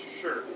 Sure